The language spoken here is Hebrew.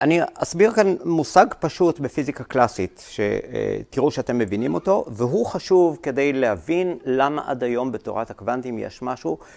אני אסביר כאן מושג פשוט בפיזיקה קלאסית שתראו שאתם מבינים אותו והוא חשוב כדי להבין למה עד היום בתורת הקוונטים יש משהו